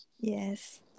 Yes